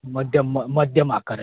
मध्यम म मध्यम आकाराचे